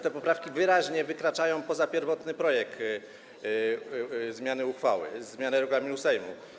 Te poprawki wyraźnie wykraczają poza pierwotny projekt zmiany uchwały, zmiany regulaminu Sejmu.